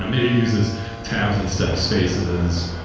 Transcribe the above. yeah maybe it uses tabs, instead of spaces.